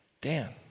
Dan